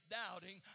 doubting